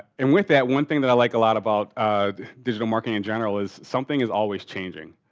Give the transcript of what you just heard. and with that one thing that i like a lot about digital marketing in general is something is always changing.